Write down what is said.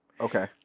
Okay